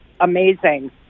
amazing